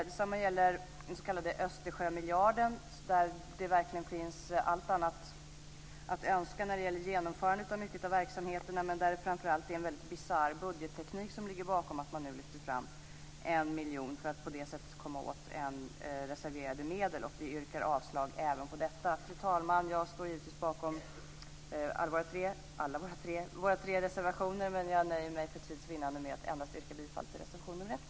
Detsamma gäller den s.k. Östersjömiljarden, som verkligen lämnar mycket övrigt att önska när det gäller genomförandet av mycket av verksamheten, men där det framför allt är en väldigt bisarr budgetteknik som ligger bakom att man nu lyfter fram en miljon för att på det sättet komma åt reserverade medel, och vi yrkar avslag även på detta. Fru talman! Jag står givetvis bakom våra tre reservationer, men jag nöjer mig för tids vinnande med att yrka bifall till endast reservation nr 1.